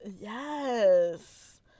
Yes